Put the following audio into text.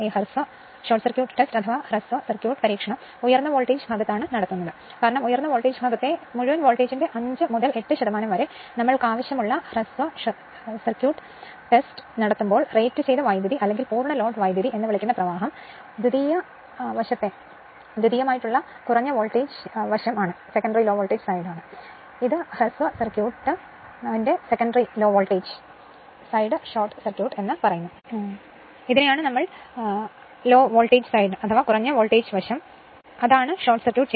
ഹ്രസ്വ പരിവാഹ പരീക്ഷ ഉയർന്ന വോൾട്ടേജ് ഭാഗത്താണ് നടത്തുന്നത് കാരണം ഉയർന്ന വോൾട്ടേജ് ഭാഗത്തെ മൊത്തം വോൾട്ടേജിന്റെ 5 മുതൽ 8 ശതമാനം വരെ ഞങ്ങൾക്ക് ആവശ്യമുള്ള ഹ്രസ്വ പരിവാഹ പരീക്ഷ നടത്തുമ്പോൾ റേറ്റുചെയ്ത വൈദ്യുതി അല്ലെങ്കിൽ പൂർണ്ണ ലോഡ് വൈദ്യുതി എന്ന് വിളിക്കുന്ന പ്രവാഹം സെക്കൻഡറി ലോ വോൾട്ടേജ് സൈഡ് ആണ്